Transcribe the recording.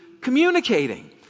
communicating